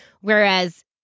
Whereas